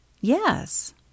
Yes